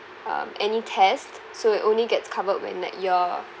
um any test so you only gets covered when like you're